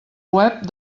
web